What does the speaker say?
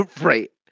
Right